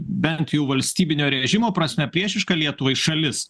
bent jau valstybinio režimo prasme priešiška lietuvai šalis